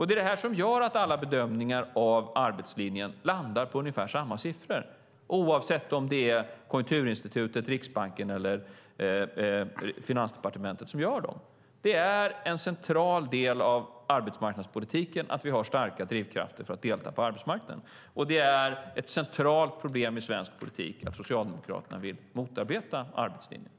Det är det som gör att alla bedömningar av arbetslinjen landar på ungefär samma siffror, oavsett om det är Konjunkturinstitutet, Riksbanken eller Finansdepartementet som tar fram dem. Det är en central del av arbetsmarknadspolitiken att vi har starka drivkrafter för att delta på arbetsmarknaden, och det är ett centralt problem i svensk politik att Socialdemokraterna vill motarbeta arbetslinjen.